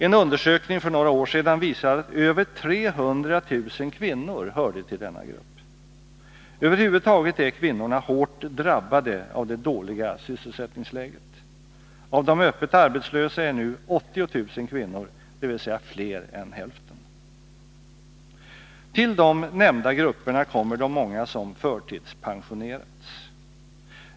En undersökning för några år sedan visade att över 300 000 kvinnor hörde till denna grupp. Över huvud taget är kvinnorna hårt drabbade av det dåliga sysselsättningsläget. Av de öppet arbetslösa är nu 80 000 kvinnor, dvs. fler än hälften. Till de nämnda grupperna kommer de många som förtidspensionerats.